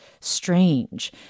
strange